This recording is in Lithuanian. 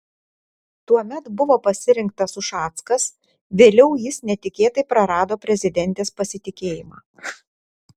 tuomet buvo pasirinktas ušackas vėliau jis netikėtai prarado prezidentės pasitikėjimą